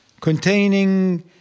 containing